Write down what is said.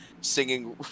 singing